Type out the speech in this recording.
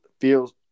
feels